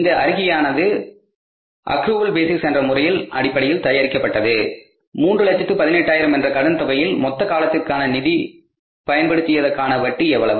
இந்த அறிக்கையானது accrual basis என்ற முறையில் அடிப்படையில் தயாரிக்கப் பட்டது 318000 என்ற கடன் தொகையில் மொத்த காலத்திற்கான நிதி பயன்படுத்தியதற்கான வட்டி எவ்வளவு